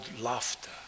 laughter